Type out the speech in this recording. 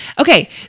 Okay